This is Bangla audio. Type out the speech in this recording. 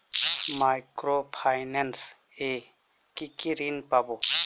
মাইক্রো ফাইন্যান্স এ কি কি ঋণ পাবো?